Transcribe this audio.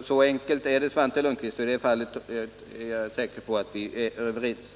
Så enkelt är det, Svante Lundkvist. Och i det fallet är jag säker på att vi är överens.